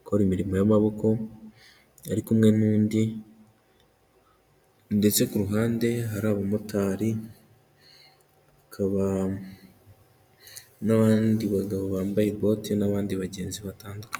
akora imirimo y'amaboko ari kumwe n'undi ndetse ku ruhande hari abamotari hakaba n'abandi bagabo bambaye bote n'abandi bagenzi batandukanye.